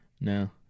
No